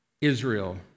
Israel